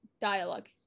dialogue